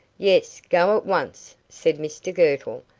yes, go at once, said mr girtle,